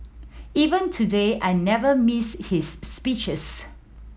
even today I never miss his speeches